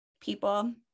people